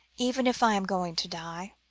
even if i am going to die.